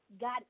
got